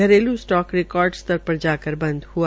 घरेलू stock record स्तर पर जाकर बंद हआ